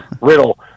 Riddle